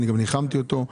אני גם ניחמתי אותו.